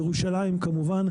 ירושלים כמובן,